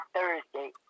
Thursday